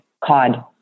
cod